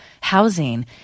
housing